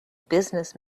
business